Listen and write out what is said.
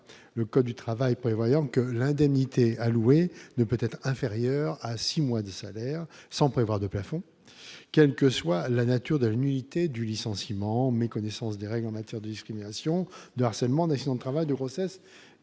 le code du travail prévoyant que l'indemnité allouée ne peut être inférieure à 6 mois des salaires sans prévoir de plafond, quelle que soit la nature de la nullité du licenciement, méconnaissance des règles en matière de discrimination de harcèlement, d'accidents de travail de grossesse